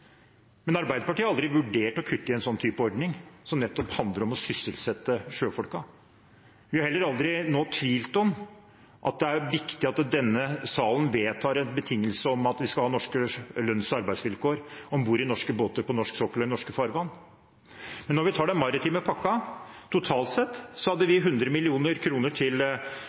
Men Arbeiderpartiet har aldri vurdert å kutte i en sånn type ordning, som nettopp handler om å sysselsette sjøfolkene. Vi har heller aldri tvilt på at det er viktig at denne salen vedtar en betingelse om at vi skal ha norske lønns- og arbeidsvilkår om bord i norske båter på norsk sokkel og i norske farvann. Når vi tar den maritime pakken totalt sett, hadde vi 100 mill. kr til